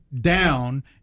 down